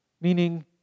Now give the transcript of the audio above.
Meaning